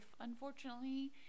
unfortunately